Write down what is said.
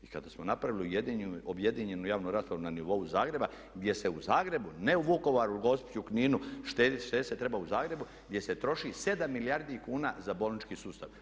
I kada smo napravili objedinjenu javnu raspravu na nivou Zagreba gdje se u Zagrebu, ne u Vukovaru, u Gospiću, Kninu štedi, štedjeti se treba u Zagrebu gdje se troši 7 milijardi kuna za bolnički sustav.